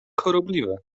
chorobliwe